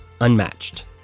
Unmatched